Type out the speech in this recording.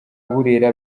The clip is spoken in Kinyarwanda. burera